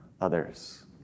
others